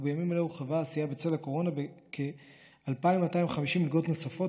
ובימים אלו הורחבה העשייה בצל הקורונה בכ-2,250 מלגות נוספות,